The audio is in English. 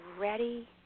ready